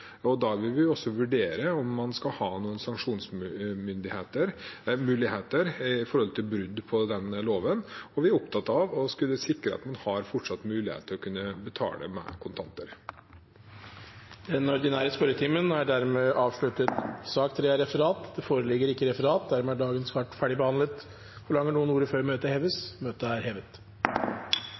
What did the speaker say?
og da vil vi også vurdere om man skal ha noen sanksjonsmuligheter overfor brudd på denne loven. Vi er opptatt av å sikre at man fortsatt skal ha mulighet til å betale med kontanter. Sak nr. 2 er ferdigbehandlet. Det foreligger ikke noe referat. Dermed er dagens kart ferdigbehandlet. Forlanger noen ordet før møtet heves? – Møtet er hevet.